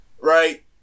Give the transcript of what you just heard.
right